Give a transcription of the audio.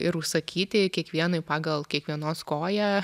ir užsakyti kiekvienai pagal kiekvienos koją